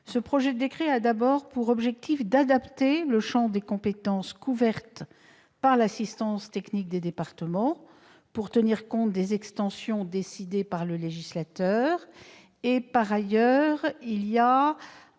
au Conseil d'État. Il a pour objet d'adapter le champ des compétences couvertes par l'assistance technique des départements, afin de tenir compte des extensions décidées par le législateur. Par ailleurs, le